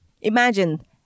Imagine